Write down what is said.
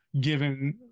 given